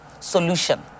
solution